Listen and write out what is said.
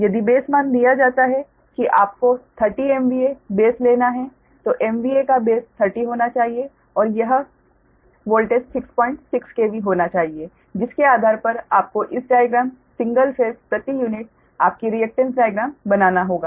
यदि बेस मान दिया जाता है कि आपको 30 MVA बेस लेना है तो MVA का बेस 30 होना चाहिए और यह वोल्टेज 66 KV होना चाहिए जिसके आधार पर आपको इस डायग्राम सिंगल फेस प्रति यूनिट आपकी रिएकटेन्स डायग्राम बनाना होगा